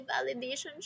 validation